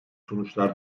sonuçlar